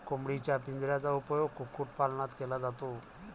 कोंबडीच्या पिंजऱ्याचा उपयोग कुक्कुटपालनात केला जातो